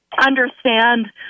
understand